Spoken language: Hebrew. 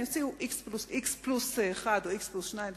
הם יציעו x פלוס אחד או x פלוס שניים,